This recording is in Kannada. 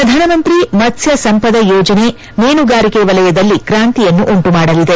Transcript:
ಪ್ರಧಾನಮಂತ್ರಿ ಮತ್ಪ್ಲ ಸಂಪದ ಯೋಜನೆ ಮೀನುಗಾರಿಕೆ ವಲಯದಲ್ಲಿ ಕ್ರಾಂತಿಯನ್ನು ಉಂಟುಮಾದಲಿದೆ